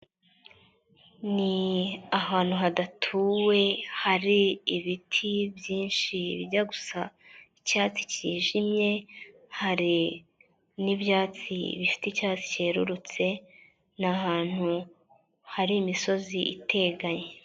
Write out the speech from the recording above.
Ni ahantu hadatuwe, hari ibiti byinshi bijya gusa icyatsi cyijimye, hari n'ibyatsi bifite icyatsi cyerurutse n'ahantu hari imisozi iteganye.